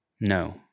No